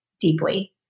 deeply